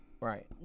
Right